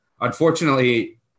unfortunately